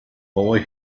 boy